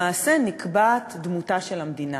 למעשה נקבעת דמותה של המדינה,